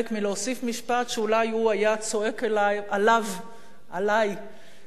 שאולי הוא היה צועק עלי מכיסאו בגללו: